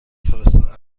فرستاده